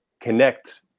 connect